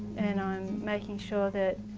and i'm making sure that,